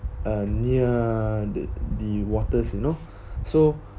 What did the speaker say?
uh near the the waters you know so